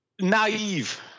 naive